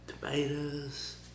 tomatoes